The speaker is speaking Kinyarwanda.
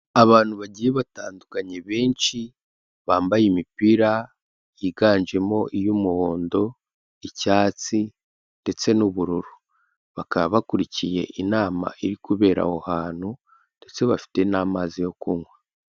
Abantu bagiye batandukanye benshi bambaye imipira yiganjemo iy'umuhondo, icyatsi ndetse n'ubururu, bakaba bakurikiye inama iri kubera aho hantu ndetse bafite n'amazi yo kunywa.